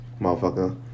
motherfucker